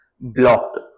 blocked